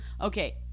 okay